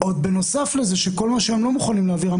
ובנוסף לזה כל מה שהם לא מוכנים להעביר,